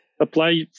Apply